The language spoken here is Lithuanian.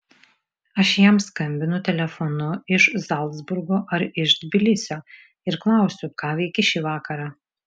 aš jam skambinu telefonu iš zalcburgo ar iš tbilisio ir klausiu ką veiki šį vakarą